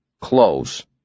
close